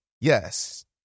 yes